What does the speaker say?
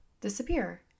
disappear